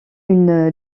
une